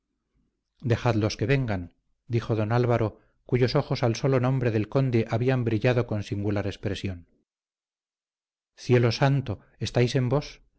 dejadlos que vengan dijo don álvaro cuyos ojos al sólo nombre del conde habían brillado con singular expresión cielo santo estáis en vos